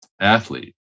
athlete